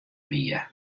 wie